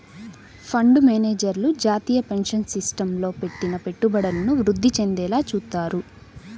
fund మేనేజర్లు జాతీయ pension సిస్టమ్లో పెట్టిన పెట్టుబడులను వృద్ధి చెందేలా చూత్తారు